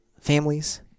families